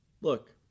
Look